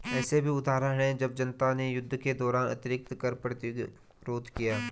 ऐसे भी उदाहरण हैं जब जनता ने युद्ध के दौरान अतिरिक्त कर का प्रतिरोध किया